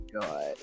God